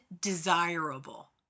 desirable